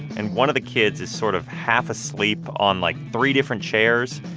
and one of the kids is sort of half asleep on, like, three different chairs.